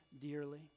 dearly